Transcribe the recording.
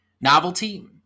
novelty